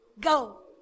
Go